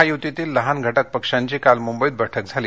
महायुतीतील लहान घटकपक्षांची काल मुंबईत बैठक झाली